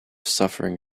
suffering